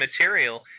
material